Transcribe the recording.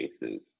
bases